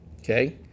okay